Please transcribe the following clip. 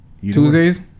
Tuesdays